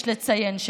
יש לציין.